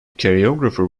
choreographer